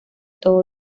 todos